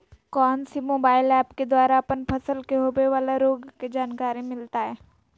कौन सी mobile app के द्वारा अपन फसल के होबे बाला रोग के जानकारी मिलताय?